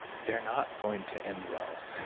they're not going to end well.